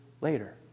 later